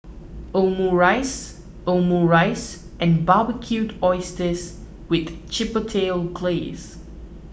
Omurice Omurice and Barbecued Oysters with Chipotle Glaze